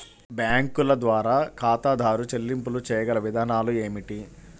బ్యాంకుల ద్వారా ఖాతాదారు చెల్లింపులు చేయగల విధానాలు ఏమిటి?